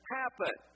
happen